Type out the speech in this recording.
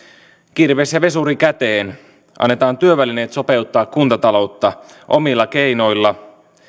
kirves ja vesuri käteen annetaan työvälineet sopeuttaa kuntataloutta omilla keinoilla